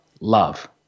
love